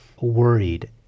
worried